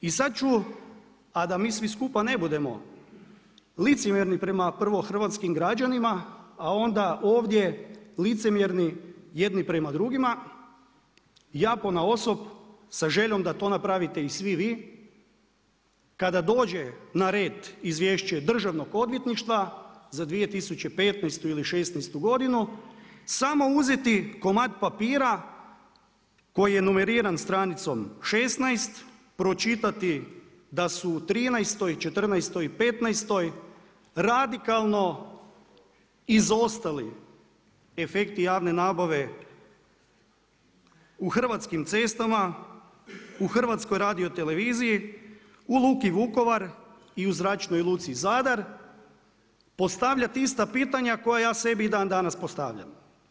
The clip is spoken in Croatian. I sada ću, a da mi svi skupa ne budemo licemjerni prema prvo hrvatskim građanima, a onda ovdje licemjerni jedni prema drugima, ja ponaosob sa željom da to napravite i svi vi kada dođe na red izvješće Državnog odvjetništva za 2015. ili 2016. godinu samo uzeti komad papira koji je numeriran stranicom 16 pročitati da su u trinaestoj, četrnaestoj i petnaestoj radikalno izostali efekti javne nabave u Hrvatskim cestama u HRT-u, u Luku Vukovar i u Zračnoj luci Zadar, postavljat ista pitanja koja ja sebi i dan danas postavljam.